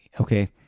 okay